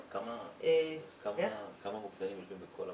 כמה מוקדנים יש בקול הבריאות?